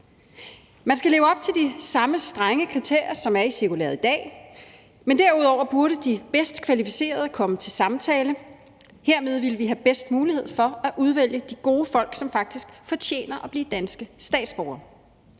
Man skal leve op til de samme strenge kriterier, som er i cirkulæret i dag, men derudover burde de bedst kvalificerede komme til samtale. Herved ville vi have bedst mulighed for at udvælge de gode folk, som faktisk fortjener at blive danske statsborgere.